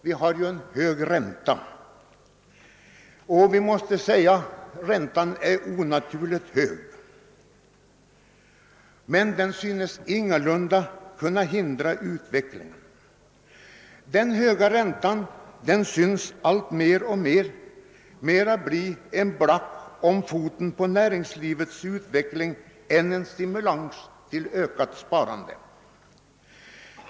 Vi har en onaturligt hög ränta, men den synes ingalunda kunna hindra utvecklingen. Den synes mera bli en black om foten på näringslivets utveckling än en stimulans till ökat sparande.